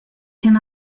can